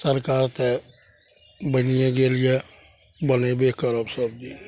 सरकार तऽ बनियेँ गेल यऽ बनेबे करब सब दिन